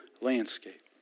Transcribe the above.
landscape